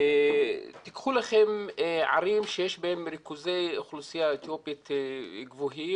תיקחו לכם ערים שיש בהם ריכוזי אוכלוסייה אתיופית גבוהים,